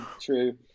True